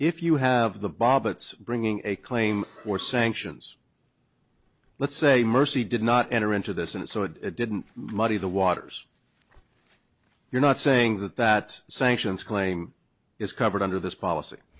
if you have the bob it's bringing a claim or sanctions let's say mercy did not enter into this and so it didn't muddy the waters you're not saying that that sanctions claim is covered under this policy